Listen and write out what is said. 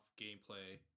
gameplay